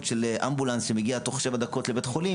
של אמבולנס שמגיע תוך שבע דקות לבית חולים,